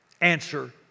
answer